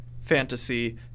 Fantasy